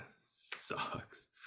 sucks